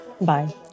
Bye